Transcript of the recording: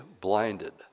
blinded